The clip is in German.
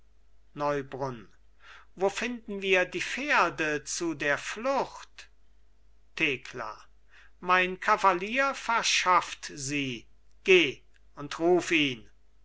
neubrunn wo finden wir die pferde zu der flucht thekla mein kavalier verschafft sie geh und ruf ihn